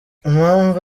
impamvu